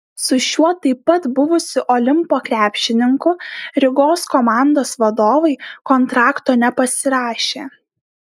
su šiuo taip pat buvusiu olimpo krepšininku rygos komandos vadovai kontrakto nepasirašė